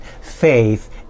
faith